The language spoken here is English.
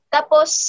Tapos